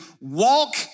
walk